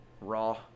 raw